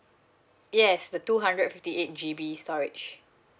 yes the two hundred fifty eight G_B storage